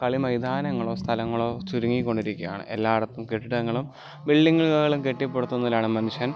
കളി മൈതാനങ്ങളോ സ്ഥലങ്ങളോ ചുരുങ്ങീ കൊണ്ടിരിക്കയാണ് എല്ലായിടെത്തും കെട്ടിടങ്ങളും ബിൽഡിങ്കളും കെട്ടിപ്പടുത്തുന്നതിലാണ് മനുഷ്യൻ